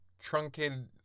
truncated